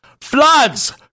Floods